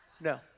No